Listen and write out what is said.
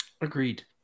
Agreed